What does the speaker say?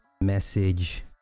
message